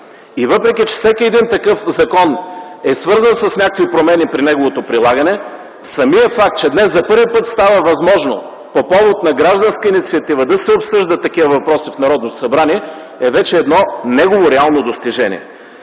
Въпреки че всеки такъв закон е свързан с някакви промени при неговото прилагане, самият факт, че днес за първи път става възможно по повод на гражданска инициатива да се обсъждат такива въпроси в Народното събрание, е вече едно негово реално достижение.